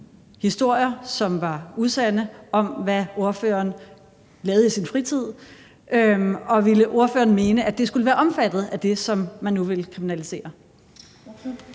historier, som var usande, om, hvad ordføreren lavede i sin fritid, og ville ordføreren mene, at det skulle være omfattet er det, som man nu vil kriminalisere?